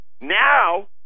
Now